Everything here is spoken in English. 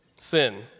Sin